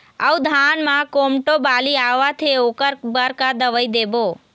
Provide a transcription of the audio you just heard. अऊ धान म कोमटो बाली आवत हे ओकर बर का दवई देबो?